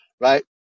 Right